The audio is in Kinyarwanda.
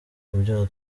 kubyara